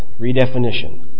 redefinition